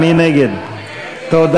ההסתייגויות של קבוצת סיעת העבודה